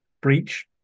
breach